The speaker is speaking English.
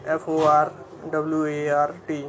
forward